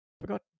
forgot